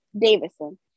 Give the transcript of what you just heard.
Davison